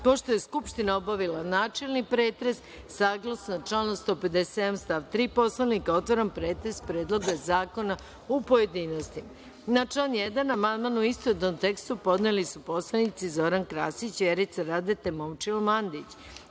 je Skupština obavila načelni pretres, saglasno članu 157. stav 3. Poslovnika, otvaram pretres predloga zakona u pojedinosti. Na član 1. amandman, u istovetnom tekstu, podneli su poslanici Zoran Krasić, Vjerica Radeta i Momčilo Mandić,